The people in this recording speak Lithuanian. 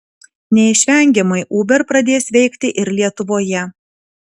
neišvengiamai uber pradės veikti ir lietuvoje